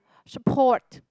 support